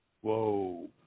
Whoa